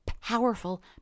powerful